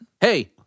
Hey